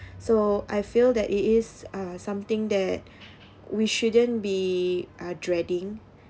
so I feel that it is uh something that we shouldn't be uh dreading